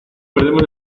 perderemos